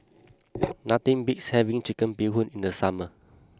nothing beats having Chicken Bee Hoon in the summer